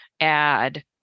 Add